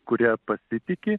kuria pasitiki